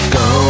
go